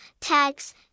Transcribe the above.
Tags